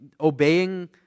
obeying